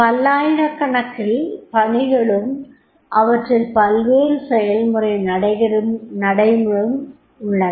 பல்லாயிறக்கணக்கில் பணிகளும் அவற்றில் பல்வேறு செய்முறை நடைகளும் உள்ளன